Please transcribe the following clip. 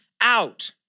out